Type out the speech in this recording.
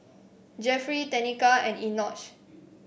Jeffery Tenika and Enoch